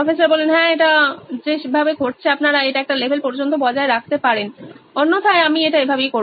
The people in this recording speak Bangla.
প্রফেসর হ্যাঁ এটা যে ভাবে ঘটছে আপনারা এটা একটা লেভেল পর্যন্ত বজায় রাখতে পারেন অন্যথায় আমি এটা এভাবেই করবো